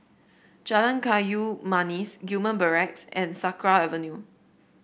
Jalan Kayu Manis Gillman Barracks and Sakra Avenue